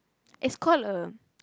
it's called a